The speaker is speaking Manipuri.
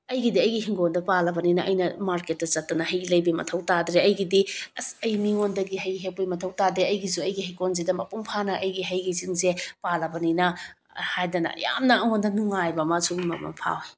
ꯑꯩꯒꯤꯗꯤ ꯑꯩꯒꯤ ꯍꯤꯡꯒꯣꯜꯗ ꯄꯥꯜꯂꯕꯅꯤꯅ ꯑꯩꯅ ꯃꯥꯔꯛꯀꯦꯠꯇ ꯆꯠꯇꯅ ꯍꯩ ꯂꯩꯕꯒꯤ ꯃꯊꯧ ꯇꯥꯗ꯭ꯔꯦ ꯑꯩꯒꯤꯗꯤ ꯑꯁ ꯑꯩ ꯃꯤꯉꯣꯟꯗꯒꯤ ꯍꯩ ꯍꯦꯛꯄꯒꯤ ꯃꯊꯧ ꯇꯥꯗꯦ ꯑꯩꯒꯤꯁꯨ ꯑꯩꯒꯤ ꯍꯩꯀꯣꯜꯁꯤꯗ ꯃꯄꯨꯝ ꯐꯥꯅ ꯑꯩꯒꯤ ꯍꯩꯁꯤꯡꯁꯤ ꯄꯥꯜꯂꯕꯅꯤꯅ ꯍꯥꯏꯗꯅ ꯌꯥꯝꯅ ꯑꯩꯉꯣꯟꯗ ꯅꯨꯡꯉꯥꯏꯕ ꯑꯃ ꯁꯤꯒꯨꯝꯕ ꯑꯃ ꯐꯥꯎꯏ